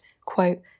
quote